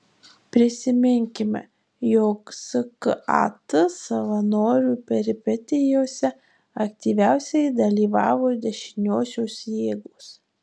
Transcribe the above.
prisiminkime jog skat savanorių peripetijose aktyviausiai dalyvavo dešiniosios jėgos